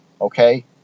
Okay